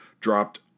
dropped